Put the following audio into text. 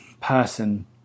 person